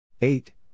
Eight